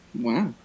wow